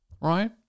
Right